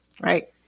Right